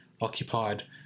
occupied